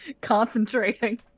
concentrating